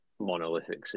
monolithic